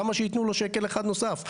למה שיתנו לו שקל אחד נוסף.